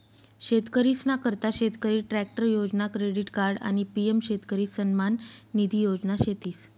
शेतकरीसना करता शेतकरी ट्रॅक्टर योजना, क्रेडिट कार्ड आणि पी.एम शेतकरी सन्मान निधी योजना शेतीस